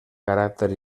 caràcter